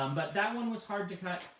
um but that one was hard to cut,